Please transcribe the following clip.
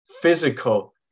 physical